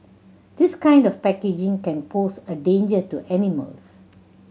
this kind of packaging can pose a danger to animals